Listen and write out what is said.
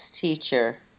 teacher